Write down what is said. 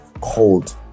Cold